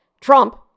Trump